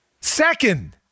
Second